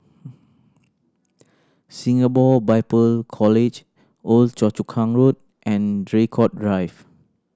Singapore Bible College Old Choa Chu Kang Road and Draycott Drive